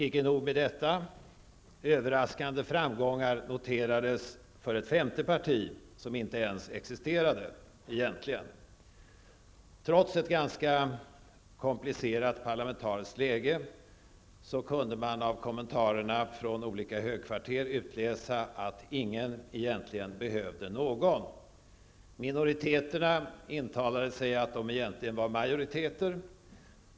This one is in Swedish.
Icke nog med detta -- överraskande framgångar noterades för ett femte parti, som egentligen inte ens existerade. Trots ett ganska komplicerat parlamentariskt läge kunde man av kommentarerna från olika högkvarter utläsa att ingen egentligen behövde någon. Minoriteterna intalade sig att de egentligen var majoriteter.